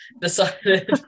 decided